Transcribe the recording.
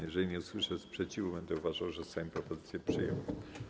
Jeżeli nie usłyszę sprzeciwu, będę uważał, że Sejm propozycję przyjął.